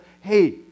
Hey